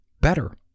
better